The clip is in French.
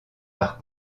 par